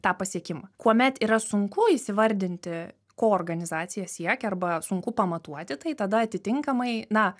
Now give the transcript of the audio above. tą pasiekimą kuomet yra sunku įsivardinti ko organizacija siekia arba sunku pamatuoti tai tada atitinkamai na